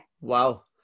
Wow